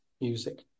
music